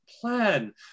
plan